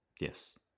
Yes